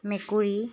মেকুৰী